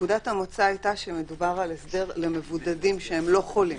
נקודת המוצא היתה שמדובר בהסדר למבודדים שאינם לא חולים,